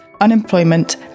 unemployment